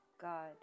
God